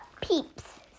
Peeps